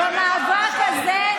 חברים, המאבק הזה הוא